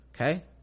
Okay